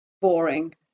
boring